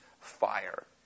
fire